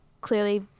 clearly